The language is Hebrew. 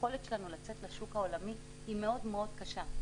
היכולת שלנו לצאת לשוק העולמי היא מאוד קשה.